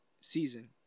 season